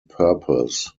purpose